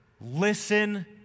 listen